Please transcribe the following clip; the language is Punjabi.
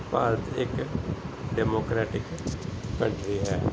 ਭਾਰਤ ਇੱਕ ਡੈਮੋਕਰੈਟਿਕ ਕੰਟਰੀ ਹੈ